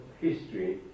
history